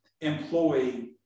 employee